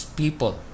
people